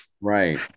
right